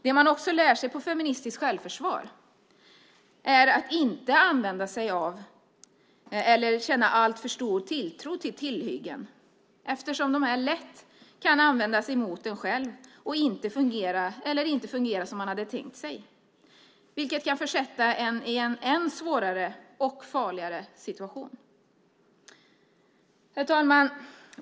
Det man också lär sig på feministiskt självförsvar är att inte använda sig av eller känna alltför stor tilltro till tillhyggen, eftersom de lätt kan användas emot en själv eller inte fungerar som man hade tänkt sig, vilket kan försätta en i en än svårare och farligare situation. Herr talman!